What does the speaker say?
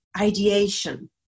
Ideation